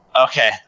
Okay